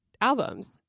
albums